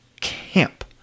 camp